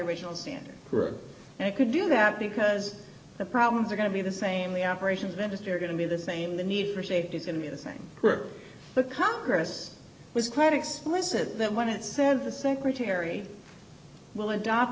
original standard and i could do that because the problems are going to be the same the operations of industry are going to be the same the need for safety is going to be the same but congress was quite explicit that when it says the secretary will adopt